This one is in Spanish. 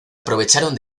aprovecharon